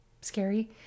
scary